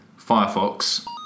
Firefox